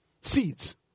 Seeds